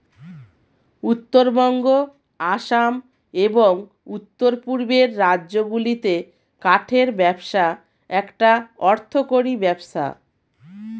উত্তরবঙ্গ, আসাম, এবং উওর পূর্বের রাজ্যগুলিতে কাঠের ব্যবসা একটা অর্থকরী ব্যবসা